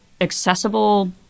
accessible